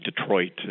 Detroit